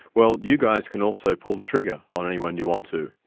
well you guys can also pull the trigger on anyone you want to,